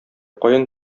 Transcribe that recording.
каян